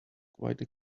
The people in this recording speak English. quite